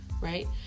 right